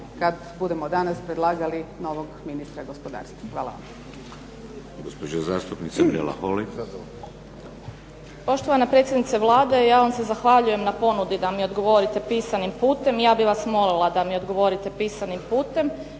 kad budemo danas predlagali novog ministra gospodarstva. Hvala.